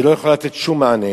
היא לא יכולה לתת שום מענה.